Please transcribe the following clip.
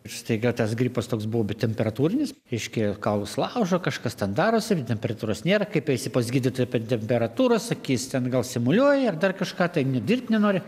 staiga tas gripas toks buvo betemperatūrinis reiškia kaulus laužo kažkas ten darosi ir temperatūros nėra kaip eisi pas gydytoją be temperatūros sakys ten gal simuliuoja ar dar kažką tai nedirbt nenori